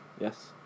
Yes